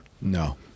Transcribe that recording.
No